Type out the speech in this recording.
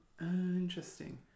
Interesting